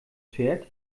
fährt